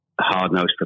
hard-nosed